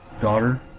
daughter